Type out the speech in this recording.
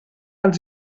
els